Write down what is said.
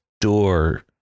door